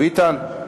ביטן, תודה.